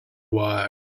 wire